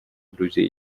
друзей